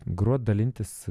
grot dalintis